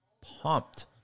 pumped